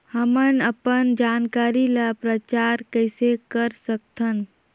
हमन अपन जानकारी ल प्रचार कइसे कर सकथन?